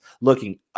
looking